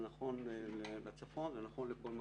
זה נכון בצפון, זה נכון לכל מקום.